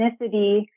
ethnicity